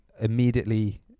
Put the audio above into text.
immediately